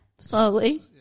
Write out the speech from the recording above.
slowly